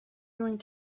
going